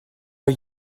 are